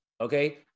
okay